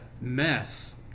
mess